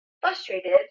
frustrated